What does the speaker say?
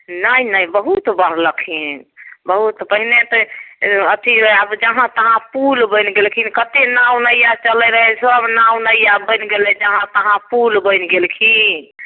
नहि नहि बहुत बढलखिन बहुत पहिने तऽ अथी रहै आब जहाँ तहाँ पूल बनि गेलखिन कते नाव नैया चलि रहै सब नाव नैया बनि गेलै जहाँ तहाँ पूल बनि गेलखिन